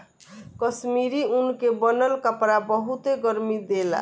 कश्मीरी ऊन के बनल कपड़ा बहुते गरमि देला